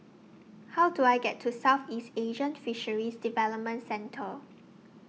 How Do I get to Southeast Asian Fisheries Development Centre